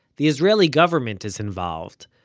the israeli government is involved,